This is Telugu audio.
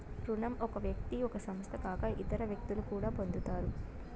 రుణం ఒక వ్యక్తి ఒక సంస్థ కాక ఇతర వ్యక్తులు కూడా పొందుతారు